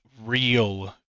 real